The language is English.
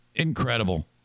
Incredible